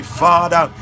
father